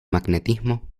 magnetismo